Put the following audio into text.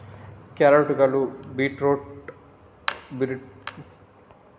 ಕ್ಯಾರೆಟುಗಳು beta carotene ಅಂಶವನ್ನು ಹೆಚ್ಚಾಗಿ ಹೊಂದಿದ್ದು ಕಣ್ಣಿನ ಆರೋಗ್ಯವನ್ನು ಕಾಪಾಡುತ್ತವೆ